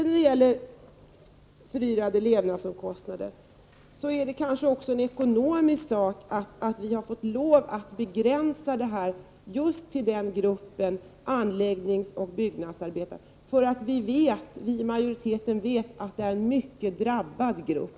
När det gäller frågan om rätten till avdrag för förhöjda levnadskostnader är det kanske också en ekonomisk fråga att vi har måst begränsa denna rätt till just gruppen byggnadsoch anläggningsarbetare. Vi som tillhör majoriteten vet att detta är en mycket drabbad grupp.